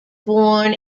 born